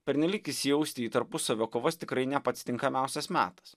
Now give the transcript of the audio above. pernelyg įsijausti į tarpusavio kovos tikrai ne pats tinkamiausias metas